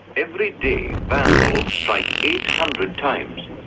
every day vandals strike eight hundred times,